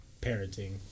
parenting